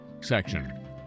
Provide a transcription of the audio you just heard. section